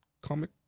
comic